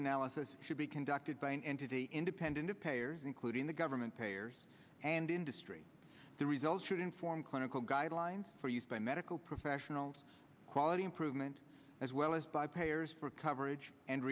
analysis should be conducted by an entity independent of payers including the government payers and industry the results should inform clinical guidelines for use by medical professionals quality improvement as well as by payers for coverage and